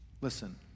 Listen